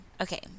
Okay